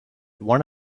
one